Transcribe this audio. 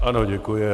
Ano, děkuji.